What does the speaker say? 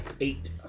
Eight